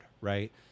right